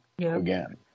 again